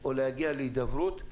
או להגיע להידברות.